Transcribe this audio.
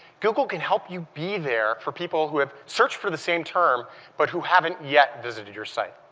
google can help you be there for people who have searched for the same term but who haven't yet visited your site.